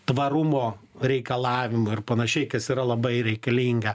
tvarumo reikalavimų ir panašiai kas yra labai reikalinga